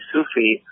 Sufi